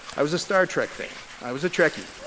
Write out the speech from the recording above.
i was a star trek fan. i was a trekkie,